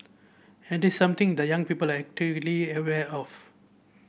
and this something the young people are actively aware of